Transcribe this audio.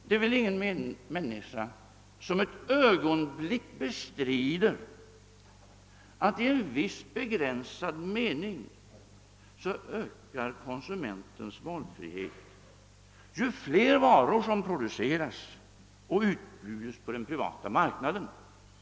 Det är väl ingen människa som ett ögonblick vill bestrida att konsumentens valfrihet ökar i en viss begränsad mening ju fler varor som produceras och utbjuds på den privata marknaden.